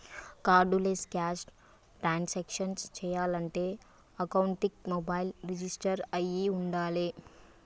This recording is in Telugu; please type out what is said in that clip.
కార్డులెస్ క్యాష్ ట్రాన్సాక్షన్స్ చెయ్యాలంటే అకౌంట్కి మొబైల్ రిజిస్టర్ అయ్యి వుండాలే